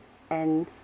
and